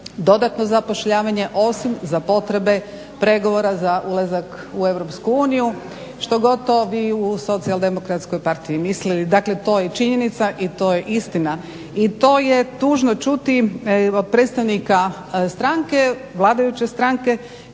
dodatno zapošljavanje osim za potrebe pregovora za ulazak u EU. Što god to vi u SDP-u mislili dakle to je činjenica i to je istina. I to je tužno čuti od predstavnika stranke, vladajuće stranke,